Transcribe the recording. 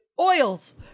oils